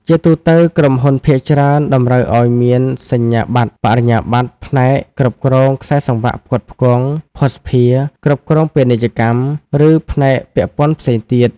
ជាទូទៅ ក្រុមហ៊ុនភាគច្រើនតម្រូវឱ្យមានសញ្ញាបត្របរិញ្ញាបត្រផ្នែក គ្រប់គ្រងខ្សែសង្វាក់ផ្គត់ផ្គង់, ភស្តុភារ , គ្រប់គ្រងពាណិជ្ជកម្ម ឬផ្នែកពាក់ព័ន្ធផ្សេងទៀត។